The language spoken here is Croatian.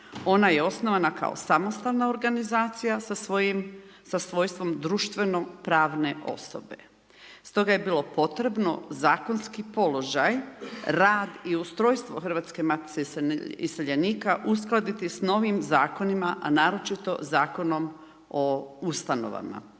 ona je osnovana kao samostalna organizacija sa svojstvom društveno pravne osobe. Stoga je bilo potrebno zakonski položaj radi i ustrojstvo Hrvatske matice iseljenika uskladiti s novim zakonima a naročito Zakonom o ustanovama.